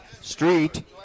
Street